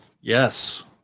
yes